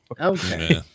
Okay